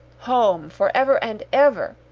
home, for ever and ever.